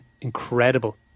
Incredible